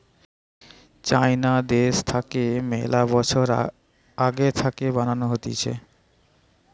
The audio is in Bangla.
চাইনা দ্যাশ থাকে মেলা বছর আগে থাকে বানানো হতিছে